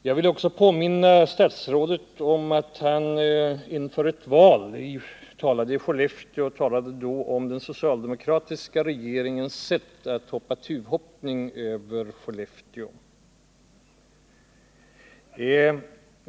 Jag vill också påminna statsrådet om att han inför ett val talade i Skellefteå om den socialdemokratiska regeringens sätt att hoppa tuvhoppning över Skellefteå.